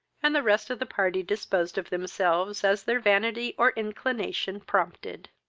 and the rest of the party disposed of themselves as their vanity or inclination prompted.